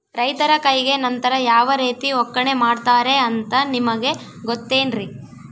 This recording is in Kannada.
ರೈತರ ಕೈಗೆ ನಂತರ ಯಾವ ರೇತಿ ಒಕ್ಕಣೆ ಮಾಡ್ತಾರೆ ಅಂತ ನಿಮಗೆ ಗೊತ್ತೇನ್ರಿ?